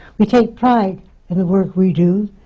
we take pride in the work we do,